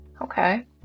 okay